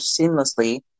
seamlessly